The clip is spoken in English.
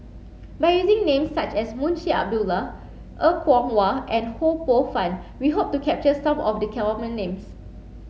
by using names such as Munshi Abdullah Er Kwong Wah and Ho Poh Fun we hope to capture some of the common names